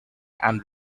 and